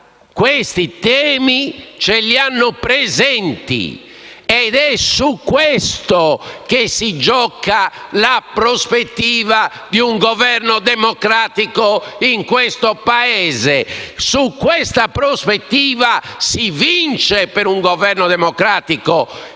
questi temi ed è su questi che si gioca la prospettiva di un Governo democratico in questo Paese. In questa prospettiva si vince, per un Governo democratico